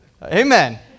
Amen